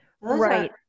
Right